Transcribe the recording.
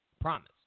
Promise